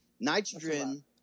Nitrogen